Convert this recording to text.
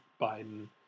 Biden